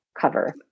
cover